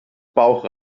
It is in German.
bauch